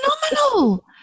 phenomenal